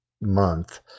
month